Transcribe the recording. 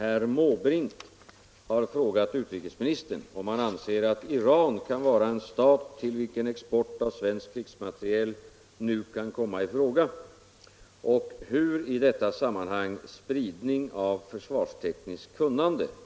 Shahens regim i Iran utövar ett brutalt politiskt förtryck. Irans krigsmakt har också blandat sig i befrielsekriget i Oman.